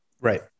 right